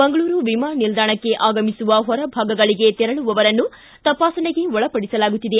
ಮಂಗಳೂರು ವಿಮಾನ ನಿಲ್ಲಾಣಕ್ಕೆ ಆಗಮಿಸುವ ಹೊರ ಭಾಗಗಳಿಗೆ ತೆರಳುವವರನ್ನು ತಪಾಸಣೆಗೆ ಒಳಪಡಿಸಲಾಗುತ್ತಿದೆ